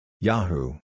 Yahoo